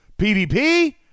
PvP